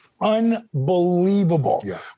unbelievable